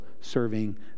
serving